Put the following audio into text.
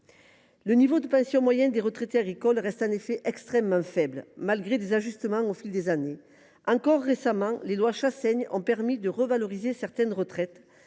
le niveau de pension moyen des retraités agricoles reste extrêmement faible, malgré des ajustements au fil des années. Encore récemment, les lois Chassaigne ont permis de revaloriser certaines retraites,